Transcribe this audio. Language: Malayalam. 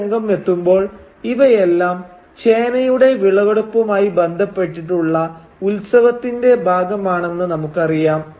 ഈ രംഗം എത്തുമ്പോൾ ഇവയെല്ലാം ചേനയുടെ വിളവെടുപ്പുമായി ബന്ധപ്പെട്ടിട്ടുള്ള ഉത്സവത്തിന്റെ ഭാഗമാണെന്ന് നമുക്കറിയാം